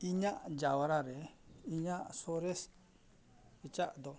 ᱤᱧᱟᱹᱜ ᱡᱟᱣᱨᱟ ᱨᱮ ᱤᱧᱟᱹᱜ ᱥᱚᱨᱮᱥ ᱮᱪᱟᱜ ᱫᱚ